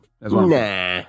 Nah